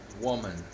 woman